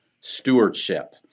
stewardship